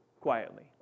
quietly